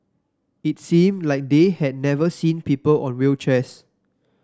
it seemed like they had never seen people on wheelchairs